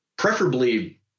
Preferably